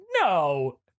no